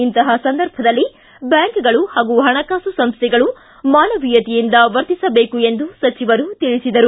ಇಂತಹ ಸಂದರ್ಭದಲ್ಲಿ ಬ್ಯಾಂಕ್ಗಳು ಹಾಗೂ ಹಣಕಾಸು ಸಂಸ್ಥೆಗಳು ಮಾನವೀಯತೆಯಿಂದ ವರ್ತಿಸಬೇಕು ಎಂದು ಸಚಿವರು ತಿಳಿಸಿದರು